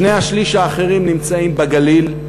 שני-השלישים האחרים נמצאים בגליל,